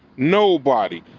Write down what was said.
nobody